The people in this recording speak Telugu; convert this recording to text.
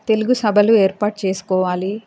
తెలుగు సభలు ఏర్పాటు చేసుకోవాలి